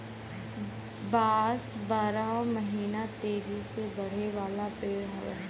बांस बारहो महिना तेजी से बढ़े वाला पेड़ हउवे